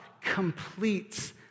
completes